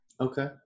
Okay